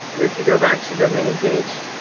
if you go back to the main page,